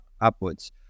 upwards